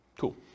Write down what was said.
Cool